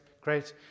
Great